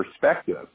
perspective